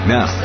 Now